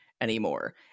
anymore